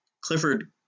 Clifford